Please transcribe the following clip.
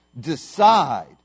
decide